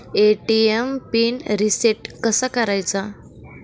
ATM pin reset कसा करायचा?